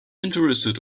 interested